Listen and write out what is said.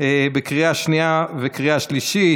לקריאה שנייה וקריאה שלישית.